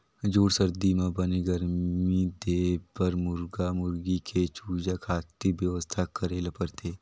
जूड़ सरदी म बने गरमी देबर मुरगा मुरगी के चूजा खातिर बेवस्था करे ल परथे